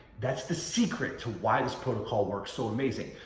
that's the secret to why this protocol works so amazing.